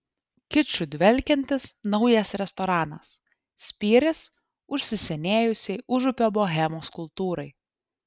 kiču dvelkiantis naujas restoranas spyris užsisenėjusiai užupio bohemos kultūrai